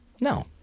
no